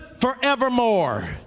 forevermore